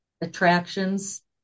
attractions